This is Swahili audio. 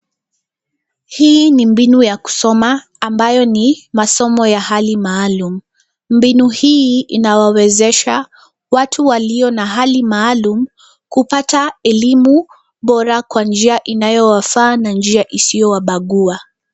Hii ni mbinu ya kusoma ambayo ni masomo ya hali maalum. Mbinu hii inawawezesha watu walio na hali maalum kupata elimu bora kwa njia inayowafaa na njia isiyowabagua.